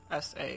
SA